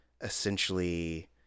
essentially